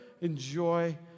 enjoy